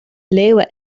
leeuwen